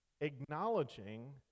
acknowledging